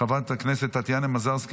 חבר הכנסת רון כץ,